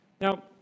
Now